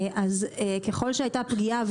ככל שהייתה פגיעה,